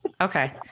Okay